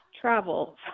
travel